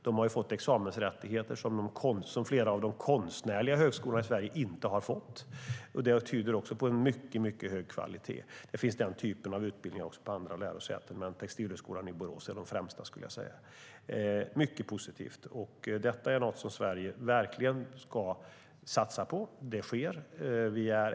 Man har också fått examensrättigheter som flera av de konstnärliga högskolorna i Sverige inte har. Det tyder också på en mycket hög kvalitet. Denna typ av utbildning finns också på andra lärosäten, men Textilhögskolan i Borås är den främsta, skulle jag säga. Det är mycket positivt. Detta är något som Sverige verkligen ska satsa på, och det sker.